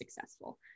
successful